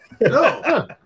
no